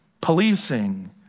policing